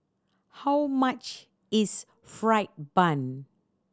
how much is fried bun